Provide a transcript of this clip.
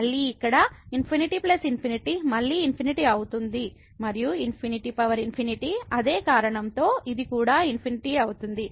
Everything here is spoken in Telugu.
మళ్ళీ ఇక్కడ ∞∞ మళ్ళీ ∞ అవుతుంది మరియు ∞∞ అదే కారణంతో ఇది కూడా ∞ అవుతుంది